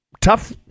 tough